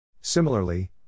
Similarly